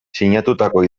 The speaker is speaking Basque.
sinatutako